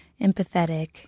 empathetic